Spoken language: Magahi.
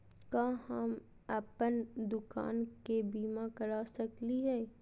का हम अप्पन दुकान के बीमा करा सकली हई?